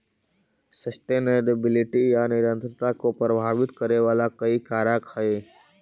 sustainability या निरंतरता को प्रभावित करे वाला कई कारक हई